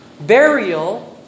Burial